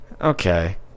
Okay